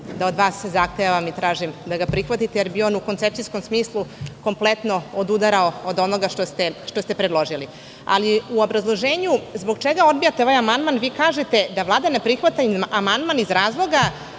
da od vas zahtevam i tražim da ga prihvatite, jer bi on u koncepcijskom smislu kompletno odudarao od onoga što ste predložili.U obrazloženju, zbog čega odbijate ovaj amandman vi kažete - da Vlada ne prihvata amandman iz razloga